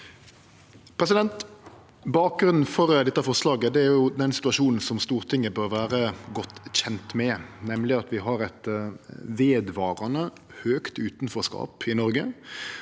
Bakgrunnen for dette forslaget er den situasjonen som Stortinget bør vere godt kjent med, nemleg at vi har eit vedvarande høgt utanforskap i Noreg.